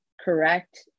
correct